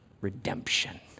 redemption